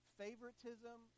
favoritism